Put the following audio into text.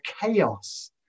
chaos